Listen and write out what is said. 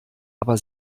aber